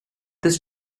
this